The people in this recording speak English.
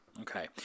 Okay